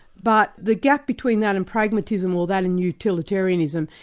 but the gap between that and pragmatism or that and utilitarianism,